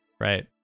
right